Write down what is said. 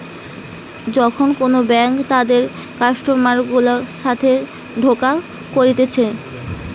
যখন কোন ব্যাঙ্ক তাদের কাস্টমার গুলার সাথে ধোকা করতিছে